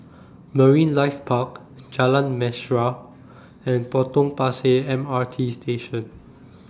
Marine Life Park Jalan Mesra and Potong Pasir M R T Station